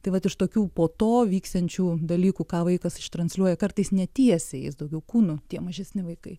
tai vat iš tokių po to vyksiančių dalykų ką vaikas ištransliuoja kartais netiesiai jis daugiau kūnu tie mažesni vaikai